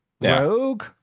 Rogue